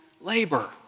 labor